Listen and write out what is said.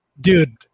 Dude